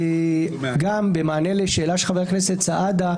גם במענה לשאלה של חבר הכנסת סעדה,